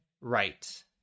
right